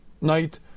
night